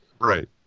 Right